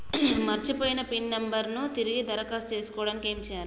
మర్చిపోయిన pin number ను తిరిగి దరఖాస్తు చేసుకోవడానికి ఏమి చేయాలే?